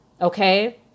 Okay